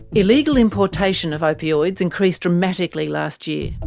illegal importation of opioids increased dramatically last year.